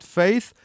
faith